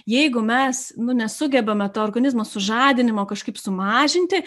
jeigu mes nu nesugebame to organizmo sužadinimo kažkaip sumažinti